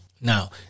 Now